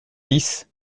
dix